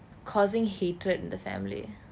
causing hatred in the family